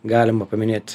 galima paminėt